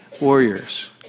warriors